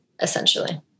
essentially